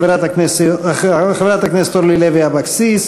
חברת הכנסת אורלי לוי אבקסיס,